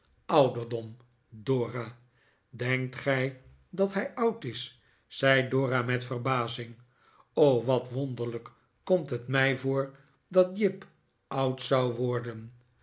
ouderdom dora denkt gij dat hij oud is zei dora met verbazing wat wonderlijk komt het mij voor dat jip oud zou worden